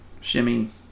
Shimmy